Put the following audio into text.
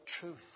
truth